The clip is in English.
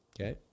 Okay